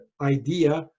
idea